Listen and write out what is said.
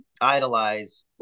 idolize